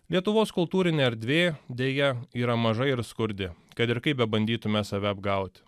lietuvos kultūrinė erdvė deja yra maža ir skurdi kad ir kaip bebandytume save apgauti